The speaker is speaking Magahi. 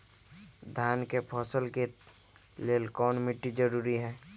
धान के फसल के लेल कौन मिट्टी जरूरी है?